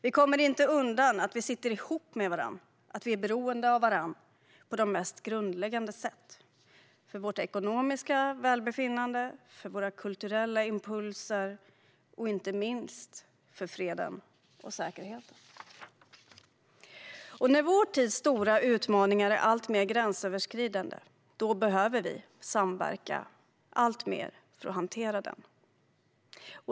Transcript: Vi kommer inte undan att vi sitter ihop med varandra och att vi är beroende av varandra på de mest grundläggande sätt - för vårt ekonomiska välbefinnande, för våra kulturella impulser och inte minst för fred och säkerhet. När vår tids stora utmaningar är alltmer gränsöverskridande behöver vi också samverka alltmer för att hantera dem.